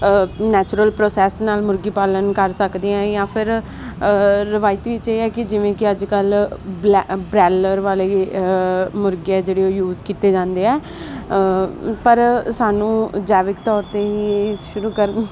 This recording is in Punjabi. ਨੈਚੁਰਲ ਪ੍ਰੋਸੈਸ ਨਾਲ ਮੁਰਗੀ ਪਾਲਣ ਕਰ ਸਕਦੇ ਆਂ ਜਾਂ ਫਿਰ ਰਵਾਇਤੀ ਚ ਇਹ ਹੈ ਕਿ ਜਿਵੇਂ ਕਿ ਅੱਜ ਕੱਲ ਬਰੈਲਰ ਵਾਲੇ ਮੁਰਗੇ ਆ ਜਿਹੜੇ ਉਹ ਯੂਜ ਕੀਤੇ ਜਾਂਦੇ ਆ ਪਰ ਸਾਨੂੰ ਜੈਵਿਕ ਤੌਰ ਤੇ ਹੀ ਸ਼ੁਰੂ ਕਰ